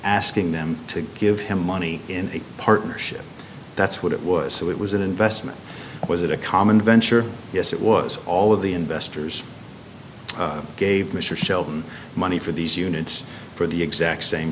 asking them to give him money in a partnership that's what it was so it was an investment was it a common venture yes it was all of the investors gave mr shelton money for these units for the exact same